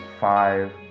five